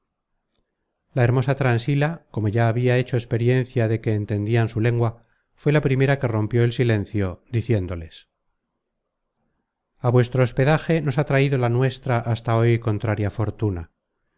la hermosa transila como ya habia hecho experiencia de que entendian su lengua fué la primera que rompió el silencio diciéndoles a vuestro hospedaje nos ha traido la nuestra hasta hoy contraria fortuna